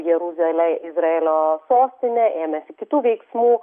jeruzalę izraelio sostine ėmėsi kitų veiksmų